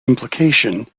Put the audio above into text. implication